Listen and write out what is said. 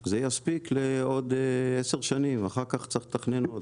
זה יספיק לעוד עשר שנים, אחר כך צריך לתכנן עוד.